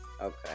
Okay